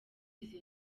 izi